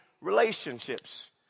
relationships